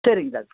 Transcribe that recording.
சரிங்க டாக்ட்ரு